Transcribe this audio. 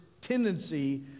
tendency